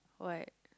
what